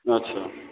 আচ্ছা